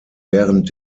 während